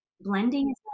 blending